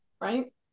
right